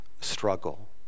struggle